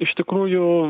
iš tikrųjų